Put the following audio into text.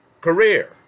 Career